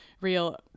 real